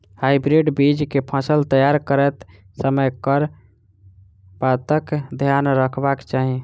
Hybrid बीज केँ फसल तैयार करैत समय कऽ बातक ध्यान रखबाक चाहि?